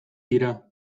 dira